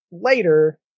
later